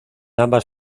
ambas